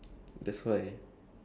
I cannot buy my own